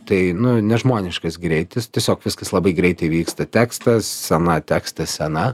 tai nu nežmoniškas greitis tiesiog viskas labai greitai vyksta tekstas scena tekstas scena